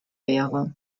wäre